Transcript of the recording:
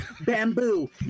bamboo